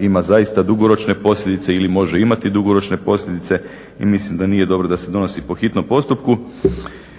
Ima zaista dugoročne posljedice ili može imati dugoročne posljedice i mislim da nije dobro da se donosi po hitnom postupku.